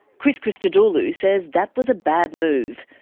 chris christodoulou says that was a bad move,